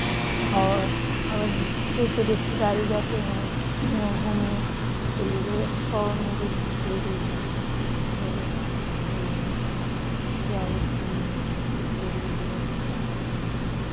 और हव जैसे रिश्तेदारी जाते हैं वहाँ घूमने के लिए और मेरी दीदी है मेरी भाई है वहां जाओ घूमने के लिए और टहलो